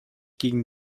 gegen